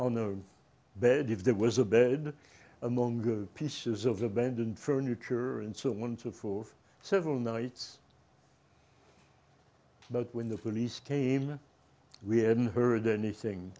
on the bed if there was a bed among good pieces of the band and furniture and so one two for several nights but when the police came and we hadn't heard anything